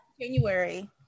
january